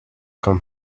can